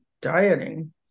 dieting